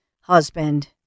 husband